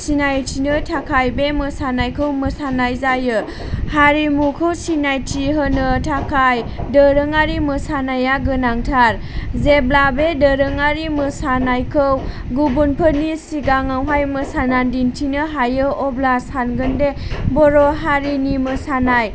सिनायथिनो थाखाय बे मोसानायखौ मोसानाय जायो हारिमुखौ सिनायथि होनो थाखाय दोरोङारि मोसानाया गोनांथार जेब्ला बे दोरोङारि मोसानायखौ गुबुनफोरनि सिगाङावहाय मोसानानै दिन्थिनो हायो अब्ला सानगोनदि बर' हारिनि मोसानाय